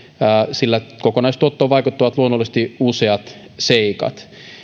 sillä kokonaistuottoon vaikuttavat luonnollisesti useat seikat